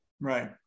Right